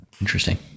Interesting